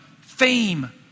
fame